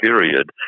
period